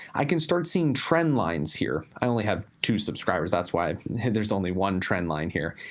i can start seeing trend lines here. i only have two subscribers, that's why there is only one trend line here.